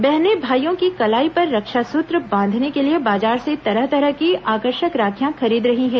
बहनें भाईयों की कलाई पर रक्षासूत्र बांधने के लिए बाजार से तरह तरह की आकर्षक राखियां खरीद रही हैं